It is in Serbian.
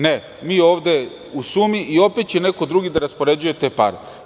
Ne, ni ovde u sumi i opet će neko drugi da raspoređuje te pare.